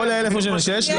כלומר, מערכתית בכל ה-1,086.